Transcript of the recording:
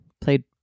played